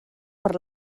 per